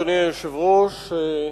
אדוני היושב-ראש.